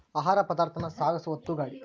ಆಹಾರ ಪದಾರ್ಥಾನ ಸಾಗಸು ಒತ್ತುಗಾಡಿ